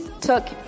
took